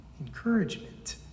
encouragement